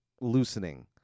loosening